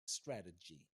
strategy